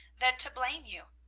than to blame you.